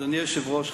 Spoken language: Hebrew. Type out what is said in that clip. אדוני היושב-ראש,